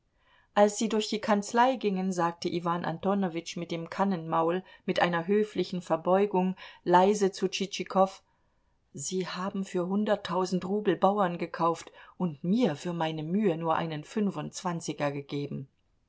als sie durch die kanzlei gingen sagte iwan antonowitsch mit dem kannenmaul mit einer höflichen verbeugung leise zu tschitschikow sie haben für hunderttausend rubel bauern gekauft und mir für meine mühe nur einen fünfundzwanziger gegeben